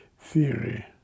theory